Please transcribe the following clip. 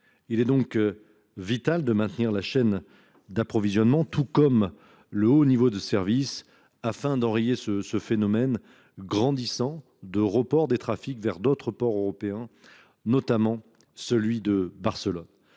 il est vital de maintenir la chaîne d’approvisionnement, tout comme le haut niveau de service, afin d’enrayer le phénomène grandissant de report des trafics vers d’autres ports européens, notamment celui de Barcelone.